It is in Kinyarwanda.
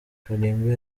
kanimba